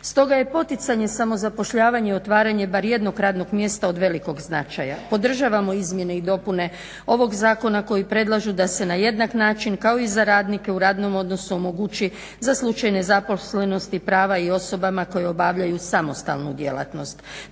Stoga je poticanje samozapošljavanja i otvaranja bar jednog radnog mjesta od velikog značaja. Podržavamo izmjene i dopune ovog zakona koji predlaže da se na jednak način kao i za radnike u radnom odnosu omogući za slučaj nezaposlenosti prava i osobama koje obavljaju samostalnu djelatnost.